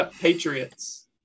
Patriots